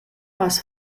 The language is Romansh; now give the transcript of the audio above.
has